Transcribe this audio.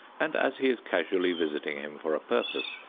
and as he is casually visiting him for a purpose,